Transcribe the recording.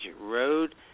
Road